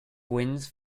wins